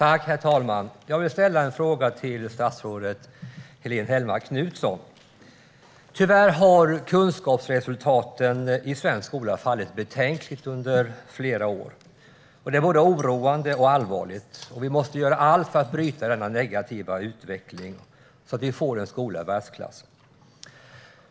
Herr talman! Jag vill ställa en fråga till statsrådet Helene Hellmark Knutsson. Tyvärr har kunskapsresultaten i svensk skola fallit betänkligt under flera år. Det är både oroande och allvarligt. Vi måste göra allt för att bryta denna negativa utveckling så att vi får en skola i världsklass.